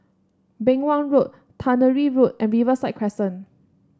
Beng Wan Road Tannery Road and Riverside Crescent